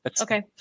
okay